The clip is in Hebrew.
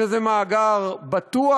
שזה מאגר בטוח,